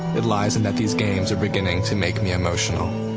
it lies in that these games are beginning to make me emotional.